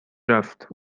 رفت